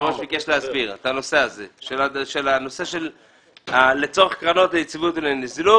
את הנושא של לצורך קרנות ויציבות ולנזילות.